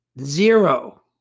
Zero